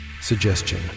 Suggestion